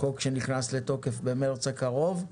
חוק שנכנס לתוקף במרץ הקרוב,